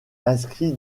inscrit